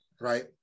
right